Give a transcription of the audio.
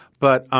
but